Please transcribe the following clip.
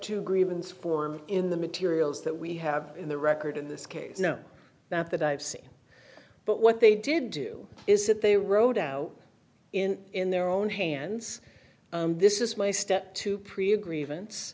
two grievance form in the materials that we have in the record in this case no not that i've seen but what they did do is that they wrote out in in their own hands this is my step to priya grievance